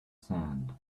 sand